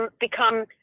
become